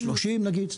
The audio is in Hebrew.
30 נגיד,